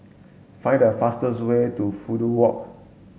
find the fastest way to Fudu Walk